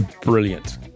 brilliant